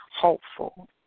hopeful